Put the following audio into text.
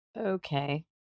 Okay